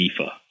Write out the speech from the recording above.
FIFA